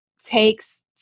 takes